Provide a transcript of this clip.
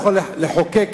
יכול לחוקק